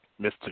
Mr